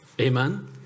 Amen